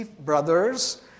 brothers